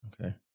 Okay